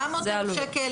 700,000 שקל,